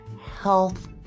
health